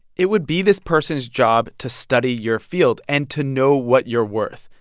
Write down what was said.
it would be this person's job to study your field and to know what you're worth,